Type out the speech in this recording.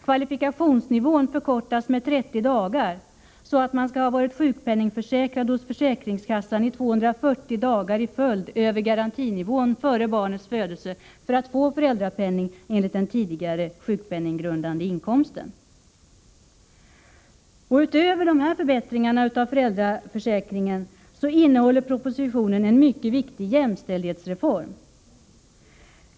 Kvalifikationstiden förkortas med 30 dagar, så att man skall ha varit sjukpenningförsäkrad hos försäkringskassan 240 dagar i följd över garantinivån före barnets födelse för att få föräldrapenning enligt den sjukpenninggrundande inkomsten. Utöver dessa förbättringar av föräldraförsäkringen innehåller propositionen också en mycket viktig jämställdhetsreform.